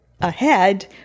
ahead